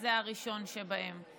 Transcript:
זה הראשון שבהם.